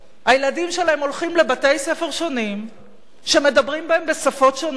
הילדים שלהם הולכים לבתי-ספר שונים שמדברים בהם בשפות שונות,